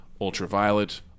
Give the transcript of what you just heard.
ultraviolet